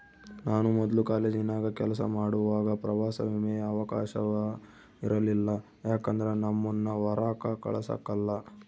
ನಾನು ಮೊದ್ಲು ಕಾಲೇಜಿನಾಗ ಕೆಲಸ ಮಾಡುವಾಗ ಪ್ರವಾಸ ವಿಮೆಯ ಅವಕಾಶವ ಇರಲಿಲ್ಲ ಯಾಕಂದ್ರ ನಮ್ಮುನ್ನ ಹೊರಾಕ ಕಳಸಕಲ್ಲ